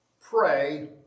pray